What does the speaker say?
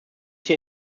hier